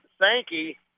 Sankey